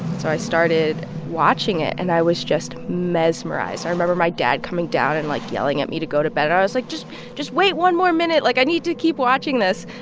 so i started watching it, and i was just mesmerized. i remember my dad coming down and, like, yelling at me to go to bed, and i was like, just just wait one more minute. like, i need to keep watching this